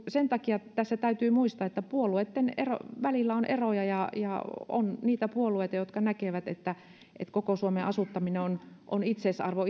sen takia tässä täytyy muistaa että puolueitten välillä on eroja ja että on niitä puolueita jotka näkevät että koko suomen asuttaminen on on itseisarvo